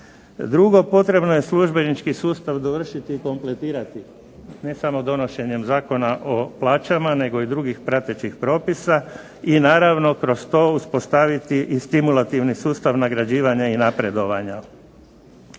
Drugo, potrebno je službenički sustav dovršiti i kompletirati, ne samo donošenjem Zakona o plaćama, nego i drugih pratećih propisa i naravno kroz to uspostaviti i stimulativni sustav nagrađivanja i napredovanja.